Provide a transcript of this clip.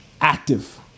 active